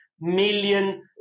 million